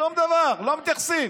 שום דבר, לא מתייחסים.